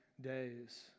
days